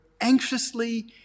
anxiously